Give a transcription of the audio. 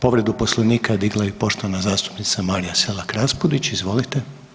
Povredu Poslovnika je digla i poštovana zastupnica Marija Selak Raspudić, izvolite.